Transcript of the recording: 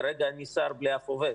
כרגע אני שר בלי אף עובד.